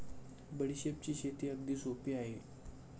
बडीशेपची शेती अगदी सोपी आहे